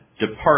Depart